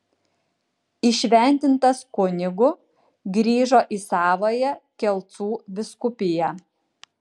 įšventintas kunigu grįžo į savąją kelcų vyskupiją